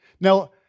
Now